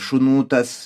šunų tas